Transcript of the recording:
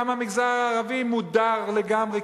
גם המגזר הערבי מודר לגמרי,